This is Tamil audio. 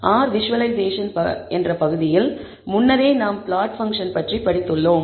R விஷுவலைசேஷன் என்ற பகுதியில் முன்னரே நாம் பிளாட் ஃபங்ஷன் பற்றி படித்துள்ளோம்